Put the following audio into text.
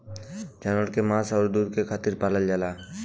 जानवर के मांस आउर दूध के खातिर पालल जाला